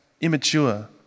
Immature